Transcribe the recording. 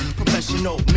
professional